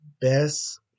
best